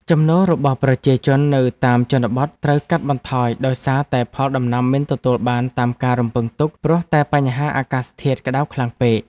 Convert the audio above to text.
ចំណូលរបស់ប្រជាជននៅតាមជនបទត្រូវកាត់បន្ថយដោយសារតែផលដំណាំមិនទទួលបានតាមការរំពឹងទុកព្រោះតែបញ្ហា អាកាសធាតុក្តៅខ្លាំងពេក។